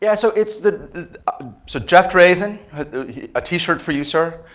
yeah so it's the so jeff drazen, a t-shirt for you, sir.